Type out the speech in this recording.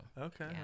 okay